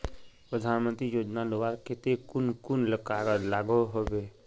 प्रधानमंत्री योजना लुबार केते कुन कुन कागज लागोहो होबे?